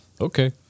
Okay